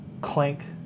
clank